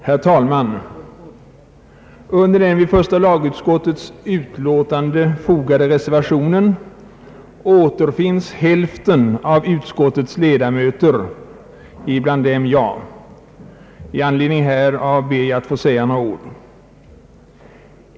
Herr talman! Under den vid första lagutskottets utlåtande fogade reservationen återfinns hälften av utskottets ledamöter, bland dem jag. Med anledning härav ber jag att få säga några ord.